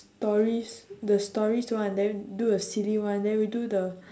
stories the stories one then do a silly one then we do the